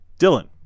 Dylan